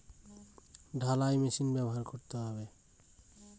আমার animal pen ছাদ ঢালাই করার জন্য কোন পদ্ধতিটি ব্যবহার করা হবে?